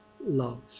love